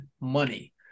money